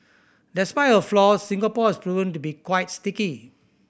despite her flaws Singapore has proven to be quite sticky